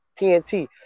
TNT